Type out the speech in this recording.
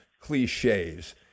cliches